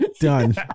Done